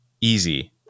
easy